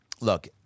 look